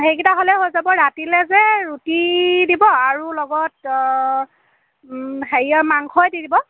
সেইকেইটা হ'লেই হৈ যাব ৰাতিলে যে ৰুটি দিব আৰু লগত হেৰিয়াৰ মাংসই দি দিব